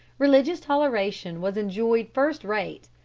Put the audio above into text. religious toleration was enjoyed first-rate,